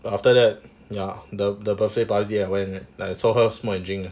but after that ya the birthday party when like I saw her smoke and drink lah